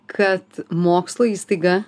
kad mokslo įstaiga